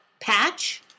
Patch